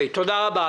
תודה רבה.